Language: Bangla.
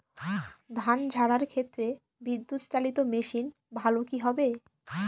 ধান ঝারার ক্ষেত্রে বিদুৎচালীত মেশিন ভালো কি হবে?